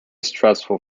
stressful